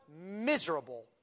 miserable